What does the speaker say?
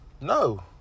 No